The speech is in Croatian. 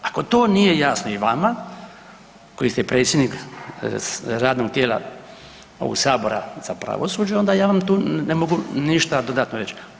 Ako to nije jasno i vama koji ste predsjednik radnog tijela ovog sabora za pravosuđe onda ja vam tu ne mogu ništa dodatno reći.